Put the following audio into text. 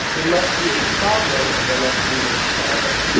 there must be a problem, and there must be a solved